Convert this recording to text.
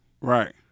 Right